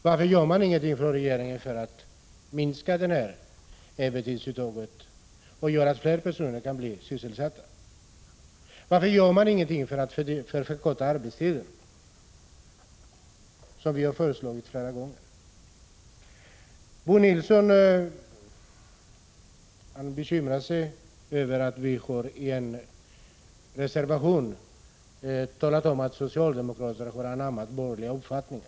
Varför gör regeringen ingenting för att minska övertidsuttaget så att fler personer kan bli sysselsatta? Varför gör man ingenting för att förkorta arbetstiden, som vi har föreslagit flera gånger? Bo Nilsson bekymrar sig över att vi i en reservation har sagt att socialdemokraterna har anammat borgerliga uppfattningar.